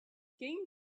game